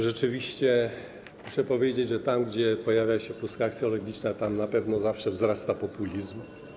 Rzeczywiście muszę powiedzieć, że tam, gdzie pojawia się pustka aksjologiczna, tam na pewno zawsze wzrasta populizm.